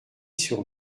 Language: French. sur